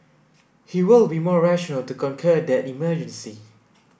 he will be more rational to conquer that emergency